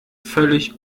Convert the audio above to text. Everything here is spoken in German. völlig